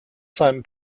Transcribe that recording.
seinem